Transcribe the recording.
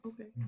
okay